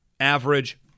Average